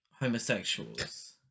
homosexuals